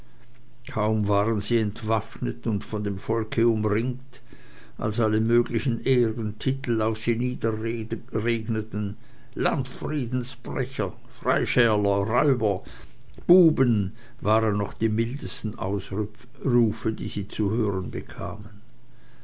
kaum waren sie entwaffnet und von dem volke umringt als alle möglichen ehrentitel auf sie niederregneten landfriedenbrecher freischärler räuber buben waren noch die mildesten ausrufe die sie zu hören bekamen